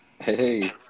Hey